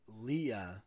Leah